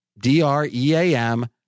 D-R-E-A-M